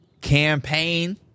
Campaign